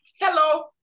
hello